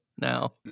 now